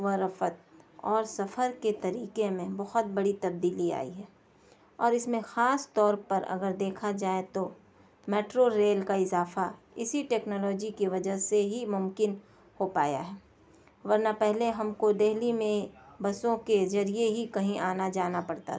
و رفت اور سفر کے طریقے میں بہت بڑی تبدیلی آئی ہے اور اس میں خاص طور پر اگر دیکھا جائے تو میٹرو ریل کا اضافہ اسی ٹیکنالوجی کی وجہ سے ہی ممکن ہو پایا ہے ورنہ پہلے ہم کو دہلی میں بسوں کے ذریعے ہی کہیں آنا جانا پڑتا تھا